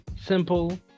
simple